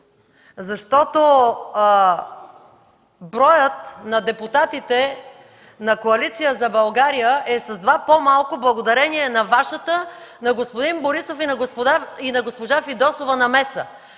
защото броят на депутатите на Коалиция за България е с два по-малко благодарение на Вашата, на господин Борисов и на госпожа Фидосова намеса.